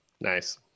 Nice